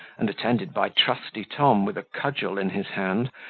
and attended by trusty tom with a cudgel in his hand,